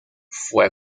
fue